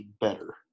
better